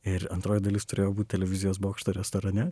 ir antroji dalis turėjo būt televizijos bokšto restorane